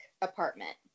apartment